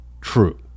true